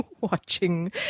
watching